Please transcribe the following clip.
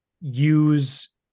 use